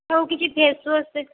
ଆଉ କିଛି face wash